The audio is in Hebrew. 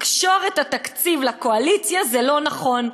לקשור את התקציב לקואליציה, זה לא נכון".